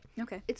Okay